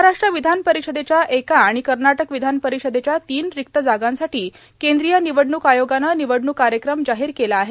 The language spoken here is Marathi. महाराष्ट्र विधान परिषदेच्या एका आणि कर्नाटक विधान परिषदेच्या तीन रिक्त जागांसाठी केंद्रीय निवडणूक आयोगानं निवडणूक कार्यक्रम जाहीर केला आहे